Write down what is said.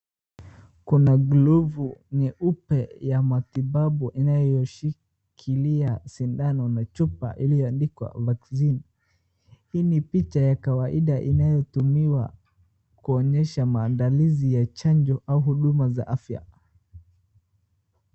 Kuna glovu nyeupe ya matibabu inayoshikilia sindano na chupa iliyoandikwa vaccine . Hii ni picha ya kawaida inayotumiwa kuonyesha maandalizi ya chanjo au huduma za afya.